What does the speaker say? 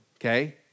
okay